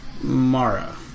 Mara